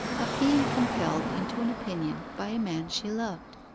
of being compelled into an opinion by a man she loved.